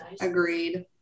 Agreed